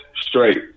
straight